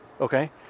Okay